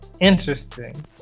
Interesting